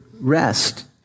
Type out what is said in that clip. rest